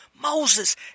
Moses